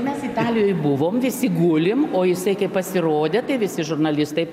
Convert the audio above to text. mes italijoj buvom visi gulim o jisai kai pasirodė tai visi žurnalistai